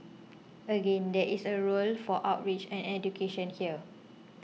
again there is a roles for outreach and education here